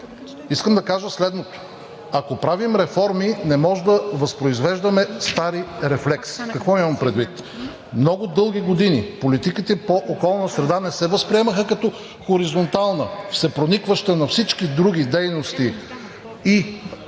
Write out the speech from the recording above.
Искам да кажа следното: ако правим реформи, не може да възпроизвеждаме стари рефлекси. Какво имам предвид? Много дълги години политиките по околна среда не се възприемаха като хоризонтална, всепроникваща на всички други дейности и сектори